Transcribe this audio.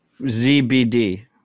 ZBD